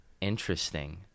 Interesting